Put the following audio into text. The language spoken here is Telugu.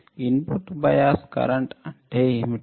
ఇన్పుట్ బయాస్ కరెంట్ అంటే ఏమిటి